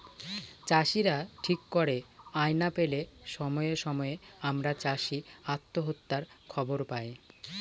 চাষীরা ঠিক করে আয় না পেলে সময়ে সময়ে আমরা চাষী আত্মহত্যার খবর পায়